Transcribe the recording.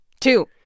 Two